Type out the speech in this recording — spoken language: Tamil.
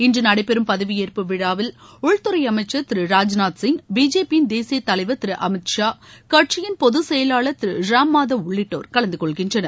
இன்று நடைபெறும் பதவியேற்பு விழாவில் உள்துறை அமைச்சர் திரு ராஜ்நாத் சிங் பிஜேபியின் தேசிய தலைவர் திரு அமித் ஷா கட்சியின் பொதுச்செயலாளர் திரு ராம் மாதவ் உள்ளிட்டோர் கலந்து கொள்கின்றனர்